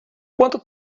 quanto